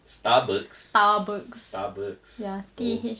Starbucks tahbegs oh